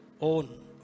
own